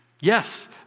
Yes